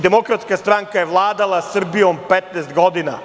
Demokratska stranka je vladala Srbijom 15 godina.